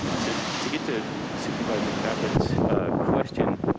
to to get to supervisor caput's question.